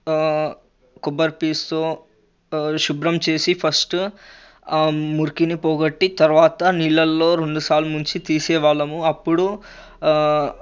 కొబ్బరిపీచుతో శుభ్రంచేసి ఫస్టు మురికిని పోగొట్టి తర్వాత నీళ్ళల్లో రెండు సార్లు ముంచి తీసేవాళ్ళము అప్పుడు